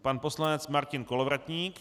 Pan poslanec Martin Kolovratník.